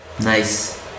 Nice